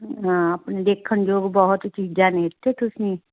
ਹਾਂ ਆਪਣੇ ਦੇਖਣ ਯੋਗ ਬਹੁਤ ਚੀਜ਼ਾਂ ਨੇ ਇੱਥੇ ਤੁਸੀਂ